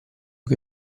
che